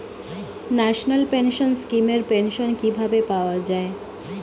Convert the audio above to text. National pension scheme এর pension কিভাবে পাওয়া যায়?